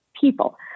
people